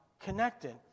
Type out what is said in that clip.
connected